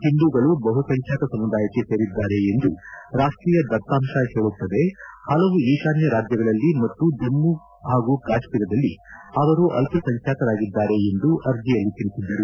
ಹಿಂದೂಗಳು ಬಹುಸಂಖ್ಯಾತ ಸಮುದಾಯಕ್ಕೆ ಸೇರಿದ್ದಾರೆ ಎಂದು ರಾಷ್ವೀಯ ದತ್ತಾಂಶ ಹೇಳುತ್ತದೆ ಹಲವು ಈಶಾನ್ಯ ರಾಜ್ಜಗಳಲ್ಲಿ ಮತ್ತು ಜಮ್ಮ ಹಾಗೂ ಕಾಶ್ಮೀರದಲ್ಲಿ ಅವರು ಅಲ್ಪಸಂಖ್ಯಾತರಾಗಿದ್ದಾರೆ ಎಂದು ಅರ್ಜೆಯಲ್ಲಿ ತಿಳಿಸಿದ್ದರು